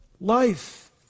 life